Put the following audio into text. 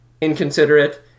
inconsiderate